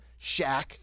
Shaq